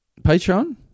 Patreon